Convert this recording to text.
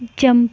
jump